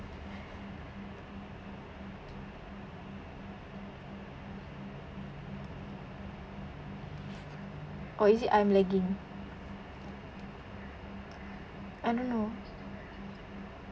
oh is it I'm lagging I don't know